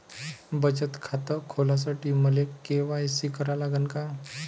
बचत खात खोलासाठी मले के.वाय.सी करा लागन का?